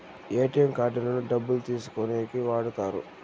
ATM కార్డులను డబ్బులు తీసుకోనీకి వాడుతారు